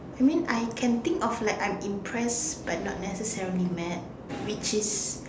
I mean I can think of like I'm impressed but not necessarily mad which is